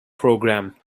programme